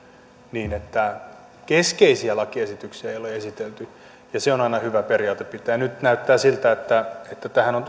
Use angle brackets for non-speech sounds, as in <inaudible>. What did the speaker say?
niin että keskeisiä lakiesityksiä ei ole esitelty ja se niiden esitteleminen aina hyvä periaate pitää nyt näyttää siltä että tähän on <unintelligible>